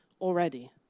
already